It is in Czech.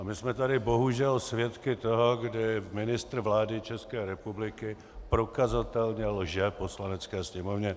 My jsme tu bohužel svědky toho, kdy ministr vlády České republiky prokazatelně lže Poslanecké sněmovně.